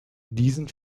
diesen